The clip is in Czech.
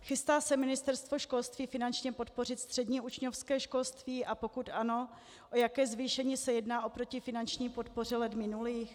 Chystá se Ministerstvo školství finančně podpořit střední učňovské školství, a pokud ano, o jaké zvýšení se jedná oproti finanční podpoře let minulých?